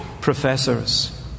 professors